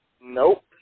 Nope